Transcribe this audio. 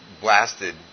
blasted